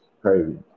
crazy